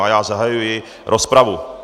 A já zahajuji rozpravu.